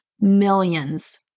millions